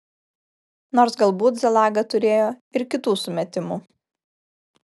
nors galbūt zalaga turėjo ir kitų sumetimų